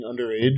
underage